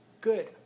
good